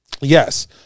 Yes